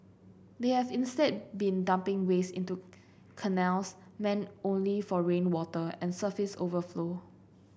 they have instead been dumping waste into canals meant only for rainwater and surface overflow